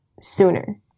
Sooner